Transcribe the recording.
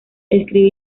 escribe